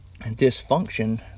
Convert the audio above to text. dysfunction